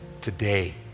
today